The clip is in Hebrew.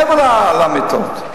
מעבר למיטות.